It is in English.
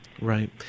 Right